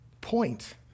point